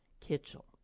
Kitchell